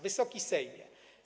Wysoki Sejmie!